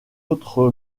autre